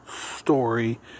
story